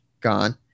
Gone